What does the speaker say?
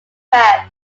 prep